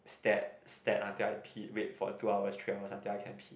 stared stared until I pee wait for a two hour three hours until I can pee